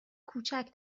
کوچک